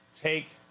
take